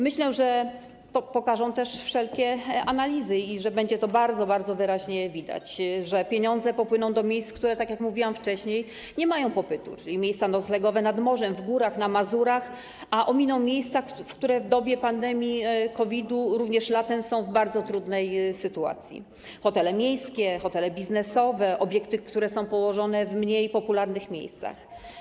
Myślę, że to pokażą też wszelkie analizy i że będzie to bardzo, bardzo wyraźnie widać, że pieniądze popłyną do miejsc, które, tak jak mówiłam wcześniej, mają popyt, czyli miejsc noclegowych nad morzem, w górach, na Mazurach, a ominą miejsca, w które w dobie pandemii COVID-u również latem są w bardzo trudnej sytuacji - hotele miejskie, hotele biznesowe, obiekty, które są położone w mniej popularnych miejscach.